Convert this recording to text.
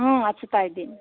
ಹ್ಞೂ ಹಚ್ಚುತ್ತಾಯಿದ್ದೀನಿ